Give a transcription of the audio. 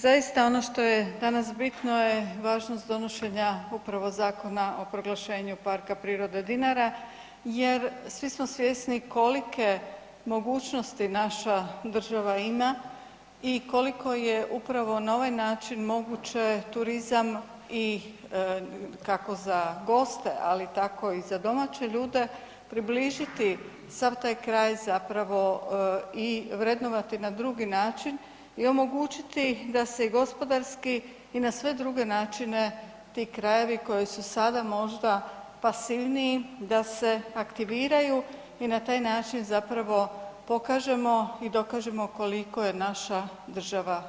Zaista ono što je danas bitno je važnost donošenja upravo Zakona o proglašenju PP Dinara jer svi smo svjesni kolike mogućnosti naša država ima i koliko je upravo na ovaj način moguće turizam i kako za goste, ali tako i za domaće ljude približiti sav taj kraj zapravo i vrednovati na drugi način i omogućiti da se i gospodarski i na sve druge načine ti krajevi koji su sada možda pasivniji da se aktiviraju i na taj način zapravo pokažemo i dokažemo koliko je naša država prelijepa.